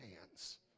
hands